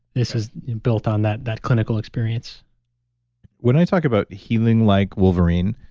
this is built on that that clinical experience when i talk about healing like wolverine,